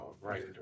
right